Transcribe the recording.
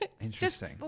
interesting